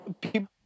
people